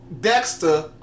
Dexter